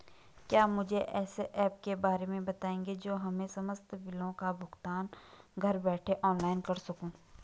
क्या मुझे ऐसे ऐप के बारे में बताएँगे जो मैं समस्त बिलों का भुगतान घर बैठे ऑनलाइन कर सकूँ?